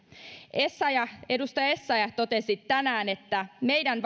edustaja essayah totesi tänään että meidän